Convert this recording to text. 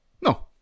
no